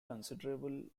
considerable